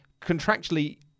contractually